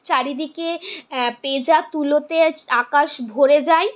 চারিদিকে পেঁজা তুলোতে আকাশ ভরে যায়